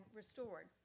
restored